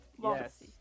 Yes